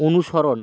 অনুসরণ